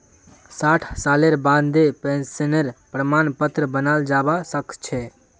साठ सालेर बादें पेंशनेर प्रमाण पत्र बनाल जाबा सखछे